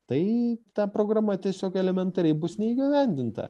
tai ta programa tiesiog elementariai bus neįgyvendinta